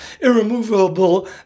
irremovable